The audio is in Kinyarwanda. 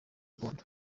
gakondo